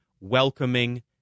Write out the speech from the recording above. welcoming